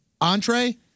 entree